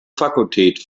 fakultät